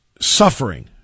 suffering